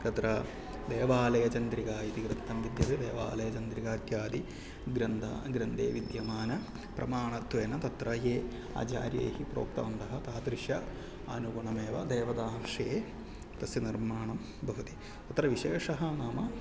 तत्र देवालयचन्द्रिका इति ग्रन्थः विद्यते देवालयचन्द्रिका इत्यादिग्रन्थाः ग्रन्थे विद्यमानप्रमाणत्वेन तत्र ये आचार्यैः प्रोक्तवन्तः तादृश अनुगुणमेव देवताः विषये तस्य निर्माणं भवति तत्र विशेषः नाम